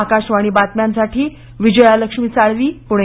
आकाशवाणी बातम्यांसाठी विजयालक्ष्मी साळवी पुणे